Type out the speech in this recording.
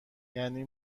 یعنی